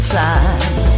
time